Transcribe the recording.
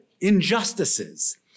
injustices